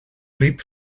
blieb